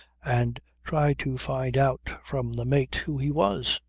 and tried to find out from the mate who he was.